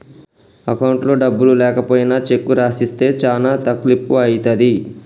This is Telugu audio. అకౌంట్లో డబ్బులు లేకపోయినా చెక్కు రాసిస్తే చానా తక్లీపు ఐతది